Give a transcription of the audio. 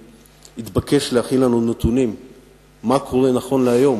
התבקשה להכין לנו נתונים מה קורה נכון להיום